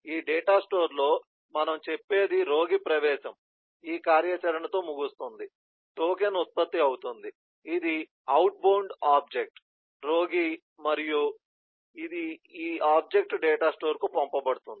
ఈ data store లో మనము చెప్పేది రోగి ప్రవేశం ఈ కార్యాచరణ తో ముగుస్తుంది టోకెన్ ఉత్పత్తి అవుతుంది ఇది అవుట్బౌండ్ ఆబ్జెక్ట్ రోగి మరియు ఇది ఈ ఆబ్జెక్ట్ డేటాస్టోర్కు పంపబడుతుంది